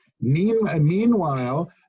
Meanwhile